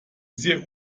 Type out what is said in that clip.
sehr